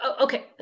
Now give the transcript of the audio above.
Okay